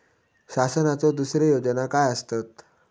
शासनाचो दुसरे योजना काय आसतत?